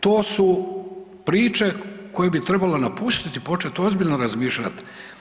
To su priče koje bi trebalo napustiti i početi ozbiljno razmišljati.